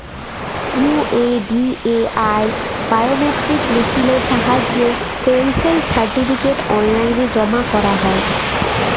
UIDAI biometric মেসিলের সাহায্যে pension certificate অললাইল জমা ক্যরা যায়